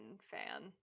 fan